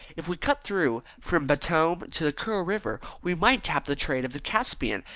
if we cut through from batoum to the kura river we might tap the trade of the caspian,